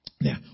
Now